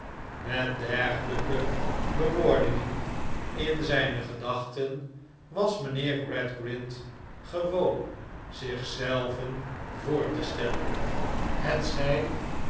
met dergelijke bewoordingen in zijne gedachten was mijnheer gradgrind gewoon zich zelven voor te stellen hetzij